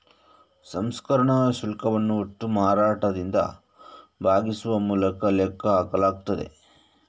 ಸಂಸ್ಕರಣಾ ಶುಲ್ಕವನ್ನು ಒಟ್ಟು ಮಾರಾಟದಿಂದ ಭಾಗಿಸುವ ಮೂಲಕ ಲೆಕ್ಕ ಹಾಕಲಾಗುತ್ತದೆ